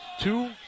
Two